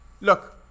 Look